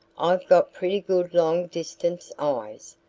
i've got pretty good long-distance eyes,